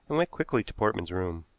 and went quickly to portman's room.